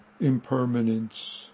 impermanence